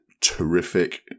terrific